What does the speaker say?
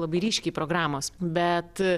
labai ryškiai programos bet